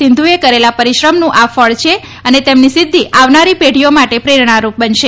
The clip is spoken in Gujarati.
સિંધુએ કરેલા પરિશ્રમનું આ ફળ છે અને તેમની સિદ્ધિ આવનારી પેઢીઓ માટે પ્રેરણારૂપ બનશે